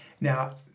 Now